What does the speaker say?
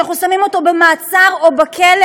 שאנחנו שמים אותו במעצר או בכלא,